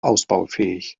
ausbaufähig